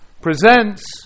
presents